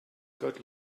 good